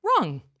wrong